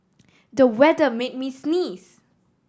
the weather made me sneeze